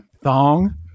Thong